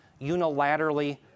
unilaterally